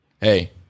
hey